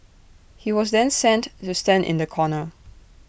he was then sent to stand in the corner